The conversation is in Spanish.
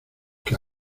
que